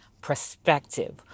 perspective